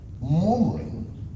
murmuring